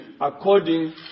according